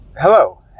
Hello